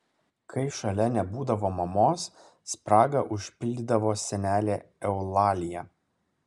kai šalia nebūdavo mamos spragą užpildydavo senelė eulalija